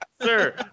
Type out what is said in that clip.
sir